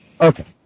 Okay